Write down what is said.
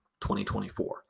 2024